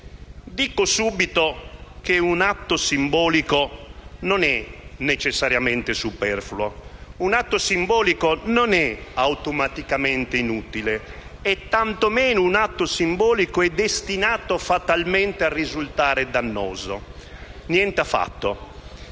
Dico subito che un atto simbolico non è necessariamente superfluo. Un atto simbolico non è automaticamente inutile e tantomeno è destinato fatalmente a risultare dannoso. Nient'affatto.